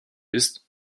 ist